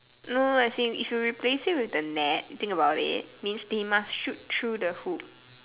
no as in if you replace it with the net you think about it means they must shoot through the hoop